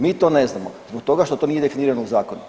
Mi to ne znamo zbog toga što to nije definirano u zakonu.